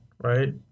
right